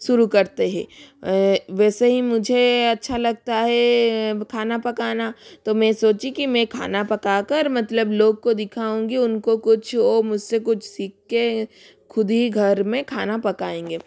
शुरू करते है वैसे ही मुझे अच्छा लगता है खाना पकाना तो मै सोची की मैं खाना पका कर मतलब लोग को दिखाऊँगी उनको कुछ और मुझसे कुछ सीख के खुद ही घर में खाना पकाएंगे